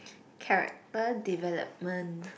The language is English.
character development